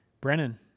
Brennan